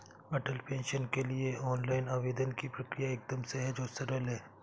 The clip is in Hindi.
अटल पेंशन के लिए ऑनलाइन आवेदन की प्रक्रिया एकदम सहज और सरल है